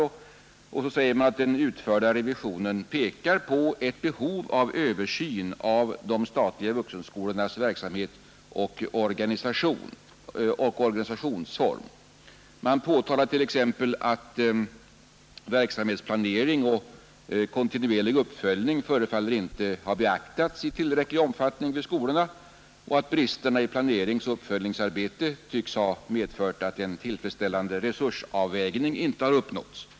Vidare säger man att den utförda revisionen ”pekar på ett behov av översyn av de statliga vuxenskolornas verksamhet och organisationsform”. Man påtalar t.ex. att verksamhetsplanering och kontinuerlig uppföljning förefaller att inte ha beaktats i tillräcklig omfattning vid skolorna och att bristerna vid planeringsoch uppföljningsarbeten tycks ha medfört att en tillfredsställande resursavvägning inte har uppnåtts.